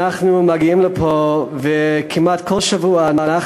אנחנו מגיעים לפה וכמעט כל שבוע אנחנו